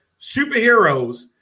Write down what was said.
superheroes